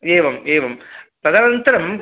एवम् एवं तदनन्तरम्